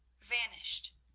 vanished